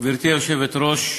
גברתי היושבת-ראש,